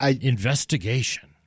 investigation